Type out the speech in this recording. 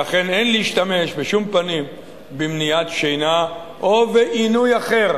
ואכן אין להשתמש בשום פנים במניעת שינה או בעינוי אחר